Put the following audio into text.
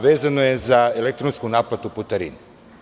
Vezano je za elektronsku naplatu putarine.